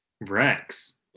Rex